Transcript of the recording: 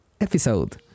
episode